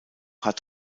hat